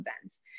events